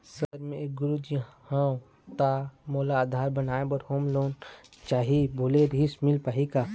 Sir मे एक गुरुजी हंव ता मोला आधार बनाए बर होम लोन चाही बोले रीहिस मील पाही का?